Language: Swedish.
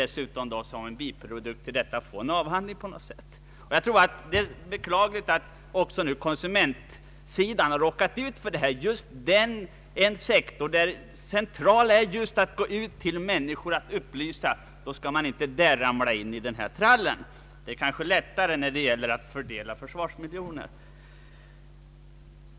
Som en biprodukt vill de dessutom på något sätt få en avhandling. Det är beklagligt att också konsumentsidan råkat ut för detta missbruk av ord. Just när det gäller den sektor där det centrala är att gå ut till människor och upplysa dem skall man inte ramla in i denna trall. Det är kanske lättare när det gäller att fördela försvarsmiljonerna.